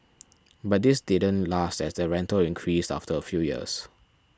but this didn't last as the rental increased after a few years